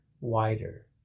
wider